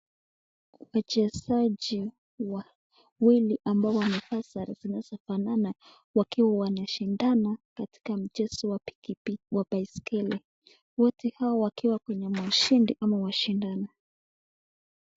Wachezaji wawili ambao wamevaa sare zinazofanana wakiwa wanashindana katika mchezo wa pikipiki, baiskeli. Wote hawa wakiwa kwenye maushindi au mashindano.